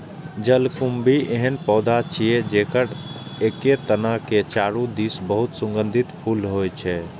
जलकुंभी एहन पौधा छियै, जेकर एके तना के चारू दिस बहुत सुगंधित फूल होइ छै